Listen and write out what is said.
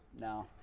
No